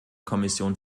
kommission